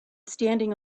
standing